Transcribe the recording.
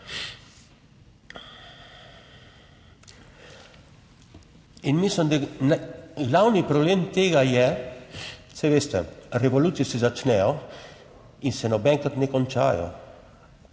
In mislim, da glavni problem tega je, saj veste, revolucije se začnejo in se nobenkrat ne končajo